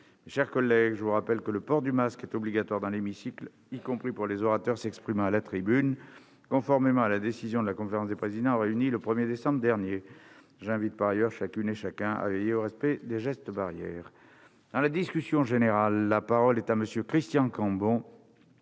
Mes chers collègues, je vous rappelle que le port du masque est obligatoire dans l'hémicycle, y compris pour les orateurs s'exprimant à la tribune, conformément à la décision adoptée par la conférence des présidents le 1 décembre dernier. J'invite par ailleurs chacune et chacun à veiller au respect des gestes barrières. Dans la discussion générale, la parole est à M. Christian Cambon,